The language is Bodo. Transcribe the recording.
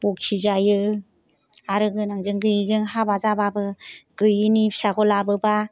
बखि जायो आरो गोनांजों गैयिजों हाबा जाबाबो गैयिनि फिसाखौ लाबोबा